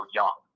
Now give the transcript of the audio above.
young